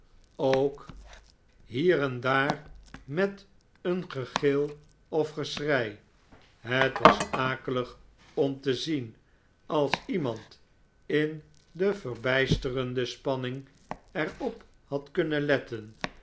ook hief en daar met een gegil of geschrei het was akelig om te zien als iemand in de verbijsterende spanning er op had kunnen letten